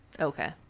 Okay